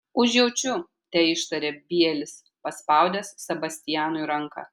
užjaučiu teištarė bielis paspaudęs sebastianui ranką